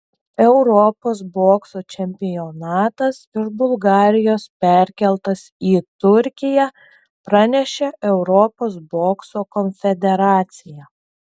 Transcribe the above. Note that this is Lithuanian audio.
europos bokso čempionatas iš bulgarijos perkeltas į turkiją pranešė europos bokso konfederacija